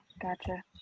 gotcha